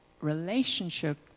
relationship